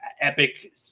epic